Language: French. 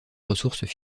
ressources